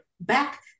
Back